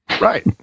Right